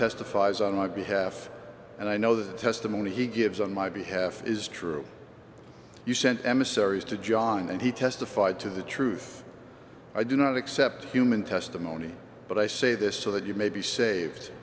testifies on my behalf and i know the testimony he gives on my behalf is true you sent emissaries to john and he testified to the truth i do not accept human testimony but i say this so that you may be saved